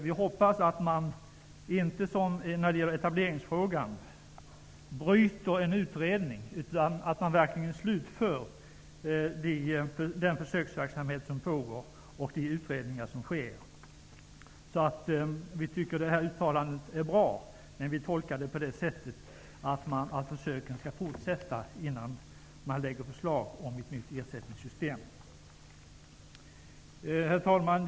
Vi hoppas att man inte, som vid etableringsfrågan, bryter en pågående utredning, utan att man verkligen låter den försöksverksamhet och de utredningar som pågår slutföras. Vi tycker alltså att detta uttalande är bra, och vi tolkar uttalandet så, att försöken får fortsätta till det blir aktuellt att lägga fram förslag om ett nytt ersättningssystem. Herr talman!